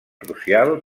crucial